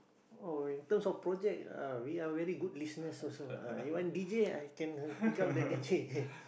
oh in terms of project ah we are very good listerners also ah you want d_j I can become the d_j